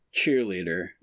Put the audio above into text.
cheerleader